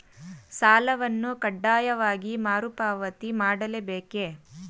ಸಾಲವನ್ನು ಕಡ್ಡಾಯವಾಗಿ ಮರುಪಾವತಿ ಮಾಡಲೇ ಬೇಕೇ?